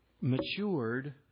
matured